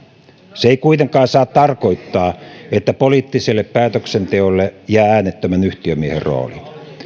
se ei kuitenkaan saa tarkoittaa sitä että poliittiselle päätöksenteolle jää äänettömän yhtiömiehen rooli